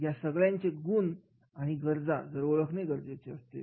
या सगळ्यांचे गुण आणि गरजा ओळखणे महत्त्वाचे असते